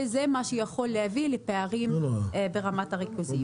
וזה יכול להביא לפערים ברמת הריכוזיות.